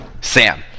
Sam